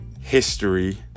history